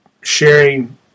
sharing